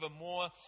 more